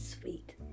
Sweet